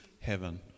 heaven